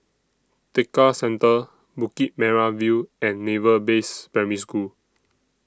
Tekka Centre Bukit Merah View and Naval Base Primary School